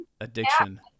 Addiction